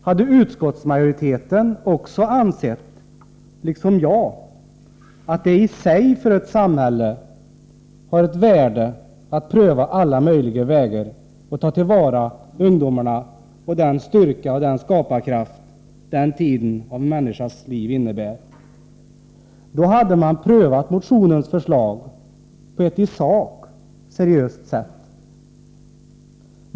Hade utskottsmajoriteten liksom jag ansett att det i sig för ett samhälle har ett värde att pröva alla möjliga vägar att ta till vara den styrka och skaparkraft som ungdomarna har, skulle man ha prövat motionens förslag på ett i sak seriöst sätt.